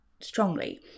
strongly